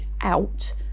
out